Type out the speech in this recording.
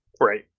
Right